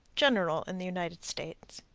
general in the united states.